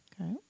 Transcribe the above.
Okay